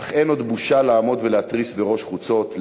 אין עוד בושה לעמוד ולהתריס בראש חוצות,